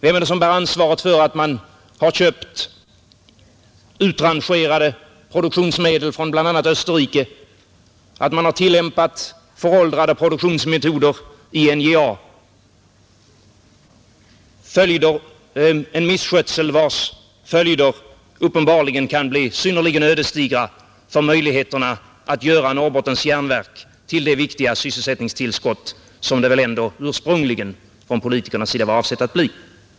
Vem är det som bär ansvaret för att man har köpt utrangerade produktionsmedel från bl.a. Österrike, att man har tillämpat föråldrade produktionsmetoder i NJA, en misskötsel vars följder uppenbarligen kan bli synnerligen ödesdigra för möjligheterna att göra Norrbottens Järnverk till det viktiga sysselsättningstillskott som det väl ändå ursprungligen från politikernas sida var avsett att bli?